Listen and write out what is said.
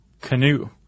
canoe